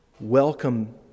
welcome